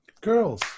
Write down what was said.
Girls